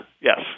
yes